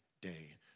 day